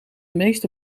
meeste